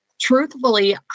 truthfully